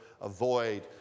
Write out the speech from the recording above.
avoid